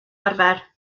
arfer